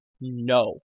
no